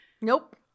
Nope